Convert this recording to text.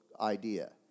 idea